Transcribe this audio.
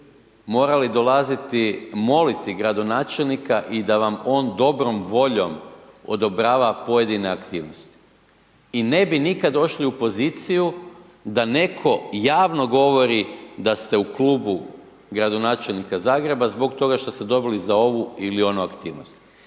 morali dolaziti moliti gradonačelnika i da vam on dobrom voljom odobrava pojedine aktivnosti i ne bi nikad došli u poziciju da netko javno govori da ste u klubu gradonačelnika Zagreba zbog toga što ste dobili za ovu ili onu aktivnost.